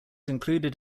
included